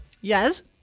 Yes